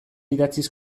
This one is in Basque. idatziz